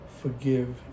forgive